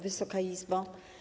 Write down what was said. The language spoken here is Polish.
Wysoka Izbo!